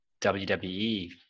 WWE